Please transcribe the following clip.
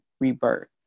rebirth